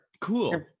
Cool